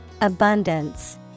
Abundance